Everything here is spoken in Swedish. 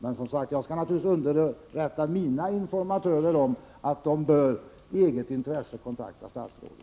Jag skall, som sagt, naturligtvis underrätta mina informatörer om att de, i eget intresse, bör kontakta statsrådet.